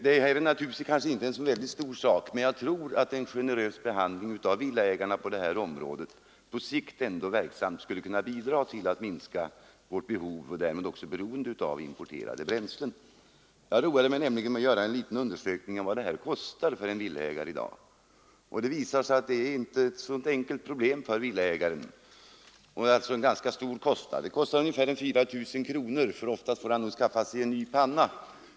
Detta är ingen stor fråga, men jag tror ändå att en generös behandling av villaägarna i det här avseendet på sikt skulle kunna bidra till att minska vårt behov och därmed också beroendet av importerade bränslen. Jag roade mig med att göra en undersökning av vad en sådan här ändring skulle kosta, och det visade sig att problemet inte är så enkelt för villaägaren. Det innebär en rätt stor kostnad — ungefär 4 000 kronor — eftersom i de flesta fall en ny panna får anskaffas.